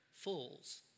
fools